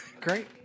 Great